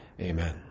Amen